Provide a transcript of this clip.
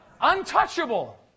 Untouchable